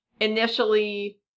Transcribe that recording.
initially